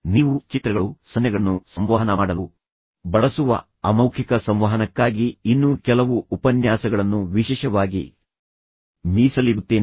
ನೀವು ಚಿತ್ರಗಳು ಸನ್ನೆಗಳನ್ನು ಸಂವಹನ ಮಾಡಲು ಬಳಸುವ ಅಮೌಖಿಕ ಸಂವಹನಕ್ಕಾಗಿ ಇನ್ನೂ ಕೆಲವು ಉಪನ್ಯಾಸಗಳನ್ನು ವಿಶೇಷವಾಗಿ ಮೀಸಲಿಡುತ್ತೇನೆ